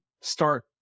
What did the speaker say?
start